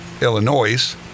Illinois